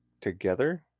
together